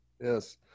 Yes